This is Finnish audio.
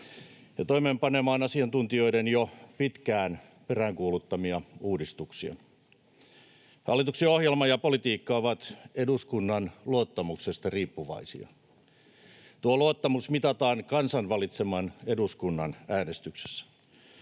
ja toimeenpanemaan asiantuntijoiden jo pitkään peräänkuuluttamia uudistuksia. Hallituksen ohjelma ja politiikka ovat eduskunnan luottamuksesta riippuvaisia. Tuo luottamus mitataan kansan valitseman eduskunnan äänestyksessä.